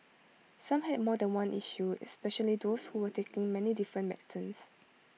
some had more than one issue especially those who were taking many different medicines